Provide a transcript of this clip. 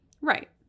Right